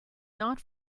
not